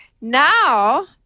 Now